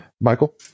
Michael